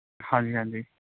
ਹਾਂਜੀ ਹਾਂਜੀ